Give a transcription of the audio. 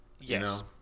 Yes